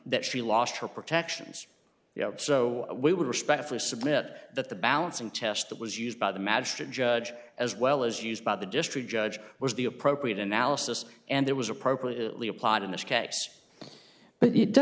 that she lost her protections so we would respectfully submit that the balancing test that was used by the magistrate judge as well as used by the district judge was the appropriate analysis and there was appropriately applied in this case but you don't